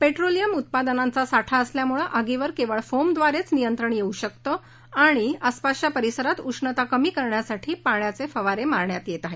petroleum उत्पादनांचा साठा असल्यामुळं आगीवर केवळ फोमद्वारेच नियंत्रण येऊ शकतं आणि आसपासच्या परिसरात उष्णता कमी करण्यासाठी पाण्याचे फवारे मारण्यात येत आहेत